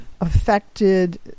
affected